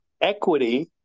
equity